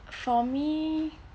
for me